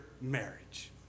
marriage